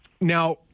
Now